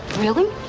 really.